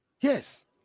Yes